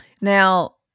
Now